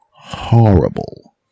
horrible